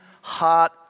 heart